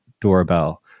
doorbell